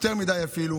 יותר מדי אפילו.